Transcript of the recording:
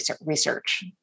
research